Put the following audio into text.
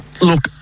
Look